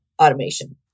automation